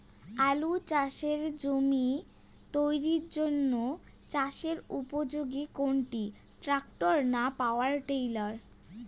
আলু চাষের জমি তৈরির জন্য চাষের উপযোগী কোনটি ট্রাক্টর না পাওয়ার টিলার?